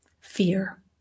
Fear